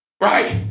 Right